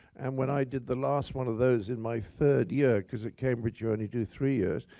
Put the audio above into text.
and when i did the last one of those in my third year, because at cambridge, you only do three years,